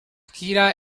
gira